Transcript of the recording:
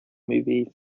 movie